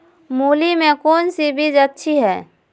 मूली में कौन सी बीज अच्छी है?